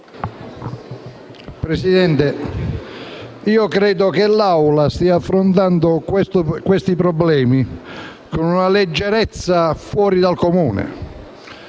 Presidente, credo che l'Assemblea stia affrontando questi problemi con una leggerezza fuori dal comune.